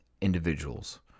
individuals